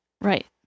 Right